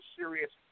serious